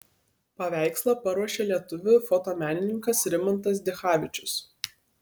paveikslą paruošė lietuvių fotomenininkas rimantas dichavičius